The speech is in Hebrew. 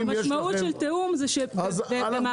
אם יש לכם --- זאת הייתה העמדה העיקרית שלנו.